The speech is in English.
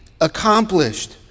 accomplished